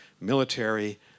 military